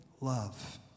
love